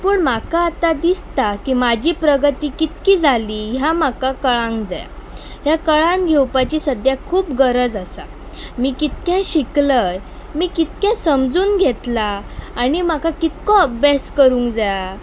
पूण म्हाका आतां दिसता की म्हजी प्रगती कितकी जाली हें म्हाका कळूंक जाय हें कळून घेवपाची सद्यां खूब गरज आसा मी कितकें शिकलय मी कितकें समजून घेतलां आनी म्हाका कितलो अभ्यास करूंक जाय